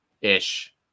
ish